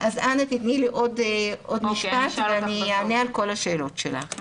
אז אנא תני לי עוד משפט ואני אענה על כל השאלות שלך.